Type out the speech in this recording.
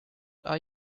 are